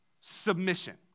submission